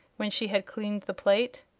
when she had cleaned the plate.